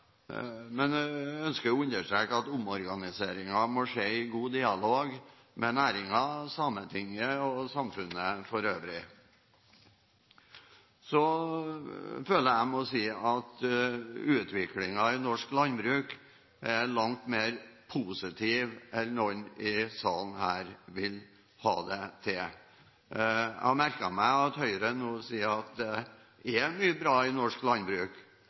Men jeg ønsker å understreke at omorganiseringen må skje i god dialog med næringen, Sametinget og samfunnet for øvrig. Jeg må si at utviklingen i norsk landbruk er langt mer positiv enn enkelte i salen vil ha det til. Jeg har merket meg at Høyre nå sier at det er mye bra i norsk landbruk,